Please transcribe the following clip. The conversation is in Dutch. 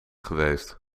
geweest